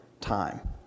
time